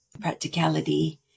practicality